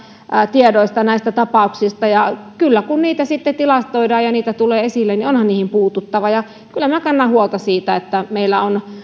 tiedoista näistä tapauksista ja kun niitä sitten tilastoidaan ja niitä tulee esille niin onhan niihin puututtava kyllä minä kannan huolta siitä että meillä on